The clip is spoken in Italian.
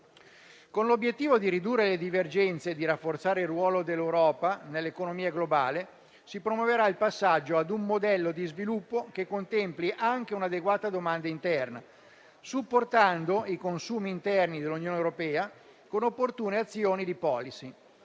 Con l'obiettivo di ridurre le divergenze e di rafforzare il ruolo dell'Europa nell'economia globale, si promuoverà il passaggio a un modello di sviluppo che contempli anche un'adeguata domanda interna, supportando i consumi interni dell'Unione europea con opportune azioni di *policy*.